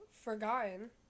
forgotten